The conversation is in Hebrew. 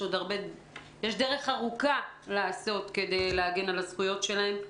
יש דרך ארוכה לעשות כדי להגן על הזכויות שלהם.